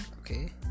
okay